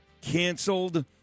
canceled